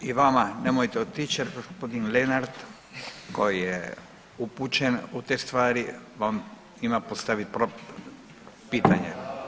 I vama, nemojte otići je gospodin Lenart koji je upućen u te stvari vam ima postaviti pitanje.